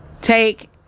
take